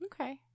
Okay